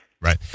Right